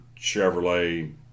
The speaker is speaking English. Chevrolet